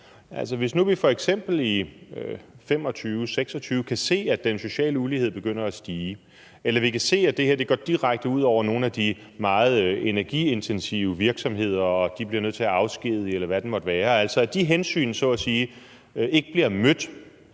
hvis vi nu f.eks. i 2025-2026 kan se, at den sociale ulighed begynder at stige, eller vi kan se, at det her går direkte ud over nogle af de meget energiintensive virksomheder, og at de bliver nødt til at afskedige, eller hvad det måtte være, altså at de hensyn så at sige ikke bliver mødt.